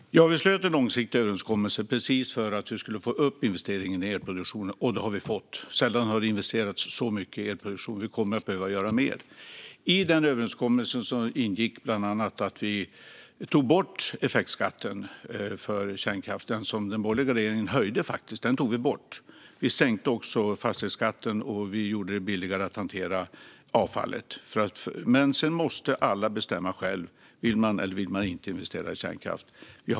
Fru talman! Vi slöt en långsiktig överenskommelse precis för att vi skulle få upp investeringarna i elproduktion, och det har vi fått. Sällan har det investerats så mycket i elproduktion, men vi kommer att behöva göra mer. I denna överenskommelse ingick bland annat att vi tog bort effektskatten för kärnkraften, som den borgerliga regeringen faktiskt höjt. Vi sänkte också fastighetsskatten, och vi gjorde det billigare att hantera avfallet. Men sedan måste alla bestämma själva om man vill investera i kärnkraft eller inte.